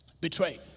Betrayed